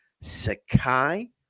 Sakai